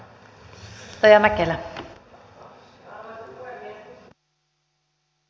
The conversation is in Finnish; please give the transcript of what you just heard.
arvoisa puhemies